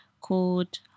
called